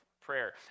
prayer